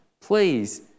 please